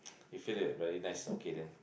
it feel that very nice okay then